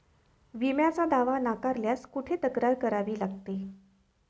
विम्याचा दावा नाकारल्यास कुठे तक्रार करावी लागते?